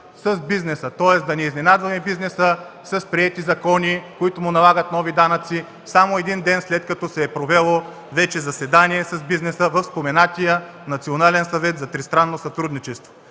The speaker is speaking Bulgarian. с бизнеса – да не изненадваме бизнеса с приети закони, които му налагат нови данъци само един ден след като се е провело заседание с бизнеса в споменатия Национален съвет за тристранно сътрудничество.